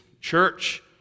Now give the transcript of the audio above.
church